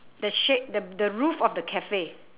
the shade the the roof of the cafe